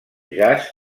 jazz